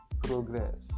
progress